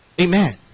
Amen